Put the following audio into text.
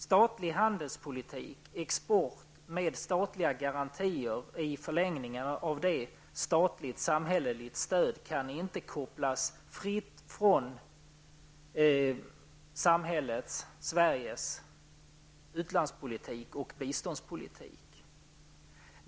Statlig handelspolitik, export med statliga garantier och i förlängningen ett statligt samhälleligt stöd, kan inte kopplas fritt från samhällets, Sveriges, ulandspolitik och biståndspolitik.